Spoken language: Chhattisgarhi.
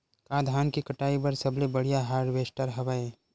का धान के कटाई बर सबले बढ़िया हारवेस्टर हवय?